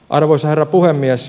arvoisa herra puhemies